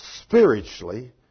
Spiritually